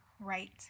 right